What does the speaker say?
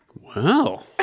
Wow